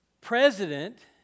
president